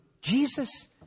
Jesus